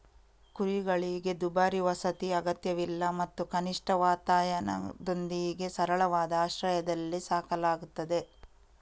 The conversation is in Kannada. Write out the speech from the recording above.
ಕುರಿಗಳಿಗೆ ದುಬಾರಿ ವಸತಿ ಅಗತ್ಯವಿಲ್ಲ ಮತ್ತು ಕನಿಷ್ಠ ವಾತಾಯನದೊಂದಿಗೆ ಸರಳವಾದ ಆಶ್ರಯದಲ್ಲಿ ಸಾಕಲಾಗುತ್ತದೆ